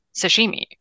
sashimi